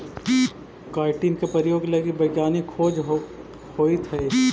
chitin के प्रयोग लगी वैज्ञानिक खोज होइत हई